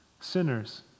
sinners